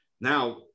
Now